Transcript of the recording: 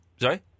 Sorry